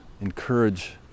encourage